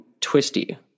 twisty